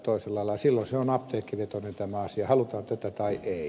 silloin se on apteekkivetoinen tämä asia halutaan tätä tai ei